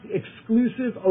exclusive